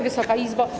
Wysoka Izbo!